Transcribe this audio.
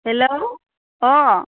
hello अह